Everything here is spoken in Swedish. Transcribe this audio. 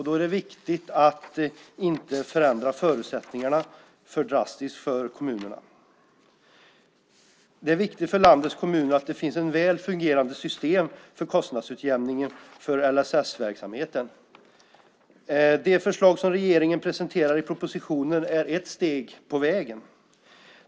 Då är det viktigt att inte förändra förutsättningarna för kommunerna alltför drastiskt. Det är viktigt för landets kommuner att det finns ett väl fungerande system för kostnadsutjämning för LSS-verksamheten. De förslag som regeringen presenterar i propositionen är ett steg på vägen.